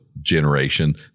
generation